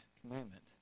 commandment